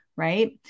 Right